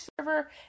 server